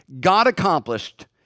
God-accomplished